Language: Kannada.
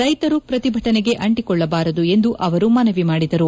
ರೈತರು ಪ್ರತಿಭಟನೆಗೆ ಅಂಟಿಕೊಳ್ಳಬಾರದು ಎಂದು ಅವರು ಮನವಿ ಮಾಡಿದರು